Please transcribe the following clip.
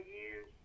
years